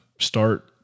start